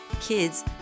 kids